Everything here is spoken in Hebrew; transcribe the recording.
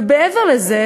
ומעבר לזה,